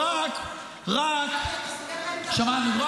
כשחוק השידורים יעבור --- שמענו.